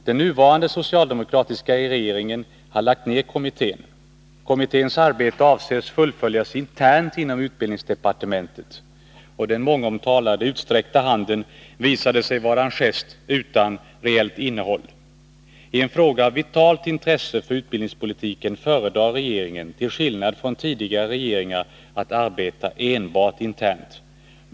Den nuvarande socialdemokratiska regeringen har lagt ner kommittén. Kommitténs arbete avses fullföljas internt inom utbildningsdepartementet. Den mångomtalade ”utsträckta handen” visade sig vara en gest utan reellt innehåll. I en fråga av vitalt intresse för utbildningspolitiken föredrar regeringen, till skillnad från tidigare regeringar, att arbeta enbart internt.